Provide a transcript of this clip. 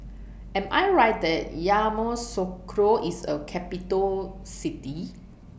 Am I Right that Yamoussoukro IS A Capital City